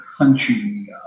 country